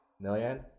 million